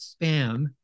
spam